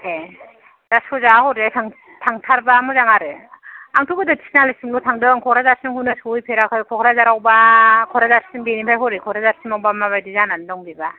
ए दा सजा हरैहाय थांथारबा मोजां आरो आंथ' गोदो तिनालि सिमल' थादों कक्राझारसिमखौनो सहैफेराखै कक्राझाराव बा कक्राझारसिम बेनिफाय हरै कक्राझारसिम आव बा माबादि जाना दं बेबा